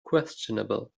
questionable